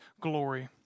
glory